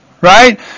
right